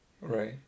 Right